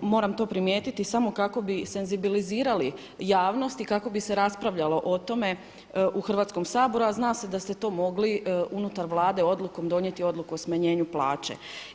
moram to primijetiti samo kako bi senzibilizirali javnost i kako bi se raspravljalo o tome u Hrvatskom saboru, a zna se da ste to mogli unutar Vlade odlukom donijeti odluku o smanjenju plaće.